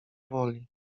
woli